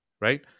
Right